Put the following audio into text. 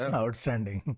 outstanding